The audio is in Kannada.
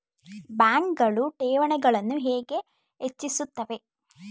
ಬ್ಯಾಂಕುಗಳು ಠೇವಣಿಗಳನ್ನು ಹೇಗೆ ಹೆಚ್ಚಿಸುತ್ತವೆ?